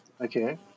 okay